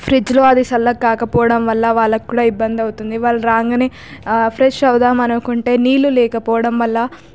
ఫ్రిడ్జ్లో అది చల్లగా కాకపోవడం వల్ల వాళ్ళకి కూడా ఇబ్బంది అవుతుంది వాళ్ళు రాగానే ఫ్రెష్ అవుదాం అనుకుంటే నీళ్లు లేకపోవడం వల్ల